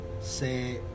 say